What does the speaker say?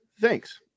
thanks